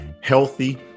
healthy